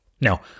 Now